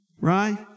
Right